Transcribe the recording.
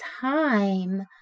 time